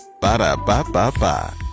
Ba-da-ba-ba-ba